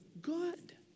good